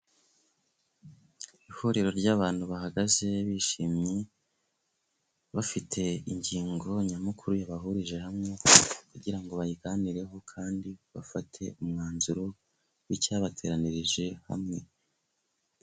Ihuriro ry'abantu bahagaze bishimye, bafite ingingo nyamukuru yabahurije hamwe, kugira ngo bayiganireho kandi bafate umwanzuro w'icyabateranirije hamwe.